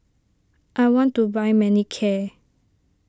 I want to buy Manicare